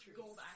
gold